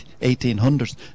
1800s